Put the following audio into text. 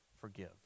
forgive